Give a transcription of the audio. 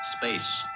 Space